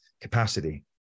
capacity